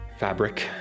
fabric